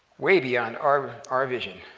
way beyond our our vision.